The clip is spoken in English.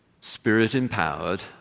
spirit-empowered